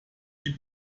die